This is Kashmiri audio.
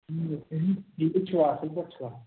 ٹھیٖکٕے چھِوٕ اَصٕل پٲٹھۍ چھِوٕ